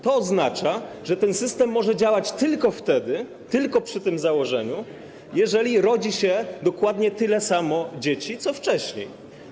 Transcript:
To oznacza, że ten system może działać tylko wtedy - tylko przy tym założeniu - kiedy rodzi się dokładnie tyle samo dzieci co wcześniej.